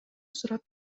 сурап